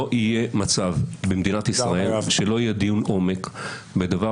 לא יהיה מצב במדינת ישראל שלא יהיה דיון עומק בדבר